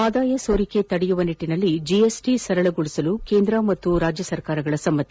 ಆದಾಯ ಸೋರಿಕೆ ತಡೆಯುವ ನಿಟ್ಟಿನಲ್ಲಿ ಜಿಎಸ್ಟಿ ಸರಳಗೊಳಿಸಲು ಕೇಂದ್ರ ಹಾಗೂ ರಾಜ್ಯ ಸರ್ಕಾರಗಳ ಸಮ್ಮತಿ